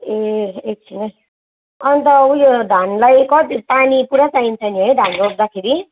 ए एकछिन है अन्त उयो धानलाई कति पानी पुरा चाहिन्छ नि है धान रोप्दाखेरि